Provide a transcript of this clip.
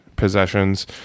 possessions